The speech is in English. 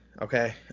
Okay